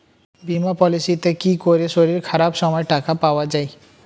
বীমা পলিসিতে কি করে শরীর খারাপ সময় টাকা পাওয়া যায়?